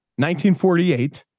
1948